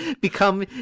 become